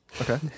Okay